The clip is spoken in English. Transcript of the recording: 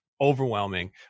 overwhelming